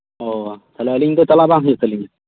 ᱚ ᱛᱟᱦᱚᱞᱮ ᱟᱞᱤᱧ ᱫᱚ ᱪᱟᱞᱟᱜ ᱵᱟᱝ ᱦᱩᱭᱩᱜ ᱛᱟᱞᱤᱧᱟ